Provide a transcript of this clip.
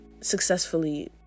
successfully